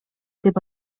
деп